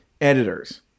editors